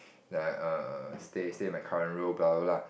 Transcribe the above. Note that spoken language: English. err stay stay in my current role blah blah blah